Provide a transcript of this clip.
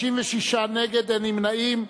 56 נגד ואין נמנעים.